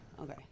Okay